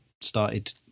started